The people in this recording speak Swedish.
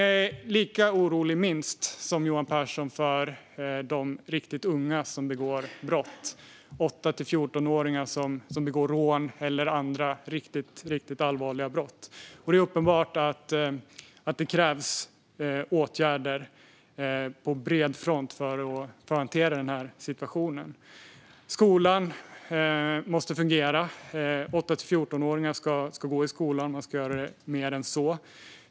Jag är minst lika orolig som Johan Pehrson för de riktigt unga som begår brott, för de 8-14-åringar som begår rån eller andra riktigt allvarliga brott. Det är uppenbart att det krävs åtgärder på bred front för att hantera den situationen. Skolan måste fungera, för 8-14-åringar ska gå i skolan. Man ska göra mer än så.